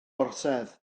orsedd